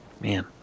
man